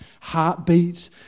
heartbeat